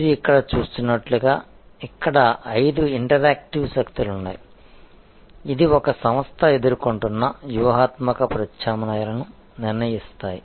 మీరు ఇక్కడ చూస్తున్నట్లుగా ఇక్కడ ఐదు ఇంటరాక్టివ్ శక్తులు ఉన్నాయి ఇవి ఒక సంస్థ ఎదుర్కొంటున్న వ్యూహాత్మక ప్రత్యామ్నాయాలను నిర్ణయిస్తాయి